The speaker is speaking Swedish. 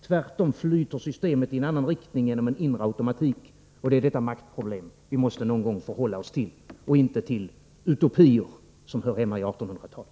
Tvärtom flyter systemet, på grund av en inre automatik, i en annan riktning. Det är detta som vi någon gång måste förhålla oss till, inte till utopier som hör hemma i 1800-talet.